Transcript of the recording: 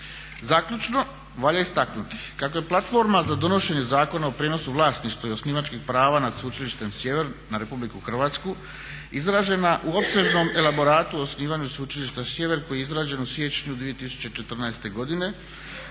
Zaključno, valja istaknuti kako je platforma za donošenje Zakona o prijenosu vlasništva i osnivačkih prava nad Sveučilištem Sjever na RH izražena u opsežnom elaboratu o osnivanju Sveučilišta Sjever koji je izrađen u siječnju 2014. godine